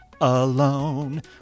Alone